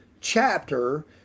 chapter